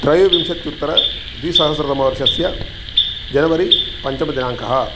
त्रयोविंशत्युत्तर द्विसहस्रतमवर्षस्य जनवरि पञ्चमदिनाङ्कः